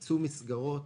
הקצו מסגרות,